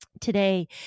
today